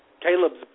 Caleb's